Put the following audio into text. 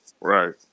Right